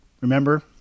Remember